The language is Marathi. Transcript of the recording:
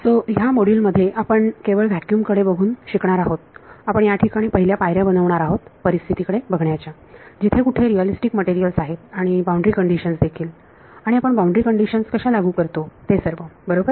सो ह्या मॉड्यूल मध्ये आपण केवळ व्हॅक्युम कडे बघून शिकणार आहोत आपण याठिकाणी पहिल्या पायऱ्या बनवणार आहोत परिस्थितीकडे बघण्याच्या जिथे कुठे रियालिस्टिक मटेरियल्स आहेत आणि बाउंड्री कंडिशन्स देखील आणि आपण बाउंड्री कंडिशन्स कशा लागू करतो बरोबर